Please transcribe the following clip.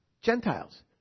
Gentiles